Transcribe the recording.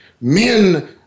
Men